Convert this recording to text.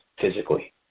physically